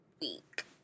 week